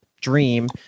dream